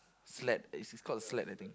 sledge is is called a sledge I think